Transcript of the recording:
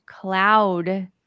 cloud